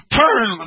turn